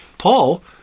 Paul